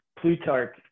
plutarch